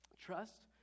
Trust